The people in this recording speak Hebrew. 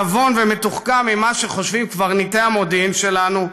נבון ומתוחכם ממה שחושבים קברניטי המודיעין שלנו?